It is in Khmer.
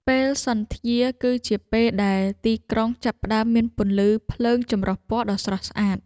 ពេលសន្ធ្យាគឺជាពេលដែលទីក្រុងចាប់ផ្តើមមានពន្លឺភ្លើងចម្រុះពណ៌ដ៏ស្រស់ស្អាត។